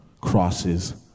crosses